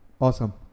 Awesome